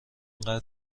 قدر